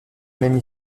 même